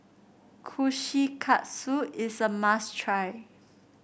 kushikatsu is a must try